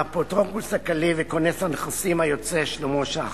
האפוטרופוס הכללי וכונס הנכסים היוצא שלמה שחר.